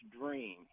dream